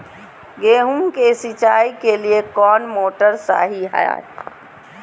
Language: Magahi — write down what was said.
गेंहू के सिंचाई के लिए कौन मोटर शाही हाय?